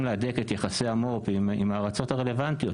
להדק את יחסי המו"פ עם הארצות הרלוונטיות,